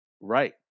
Right